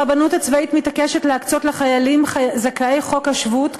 הרבנות הצבאית מתעקשת להקצות לחיילים זכאי חוק השבות,